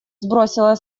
сбросила